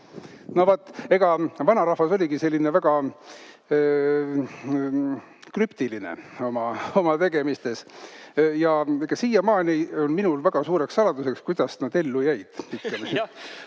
No vat. Eks vanarahvas oligi selline väga krüptiline oma tegemistes. Siiamaani on minule väga suureks saladuseks, kuidas nad ellu jäid.